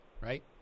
right